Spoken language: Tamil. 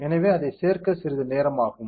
எனவே அதைச் சேர்க்க சிறிது நேரம் ஆகும்